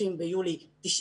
ב-30 ביולי 1997